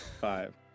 Five